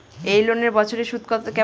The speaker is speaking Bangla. এই লোনের বছরে সুদ কেমন?